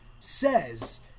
says